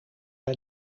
bij